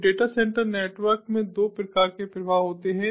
तो data centre network में दो प्रकार के प्रवाह होते हैं